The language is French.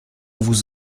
vous